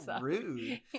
rude